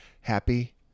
happy